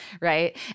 right